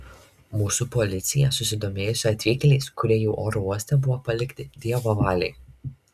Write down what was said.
mūsų policija susidomėjusi atvykėliais kurie jau oro uoste buvo palikti dievo valiai